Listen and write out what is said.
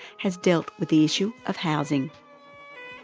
has dealt with the issue of housing.